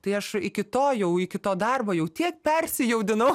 tai aš iki to jau iki to darbo jau tiek persijaudinau